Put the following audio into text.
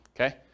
okay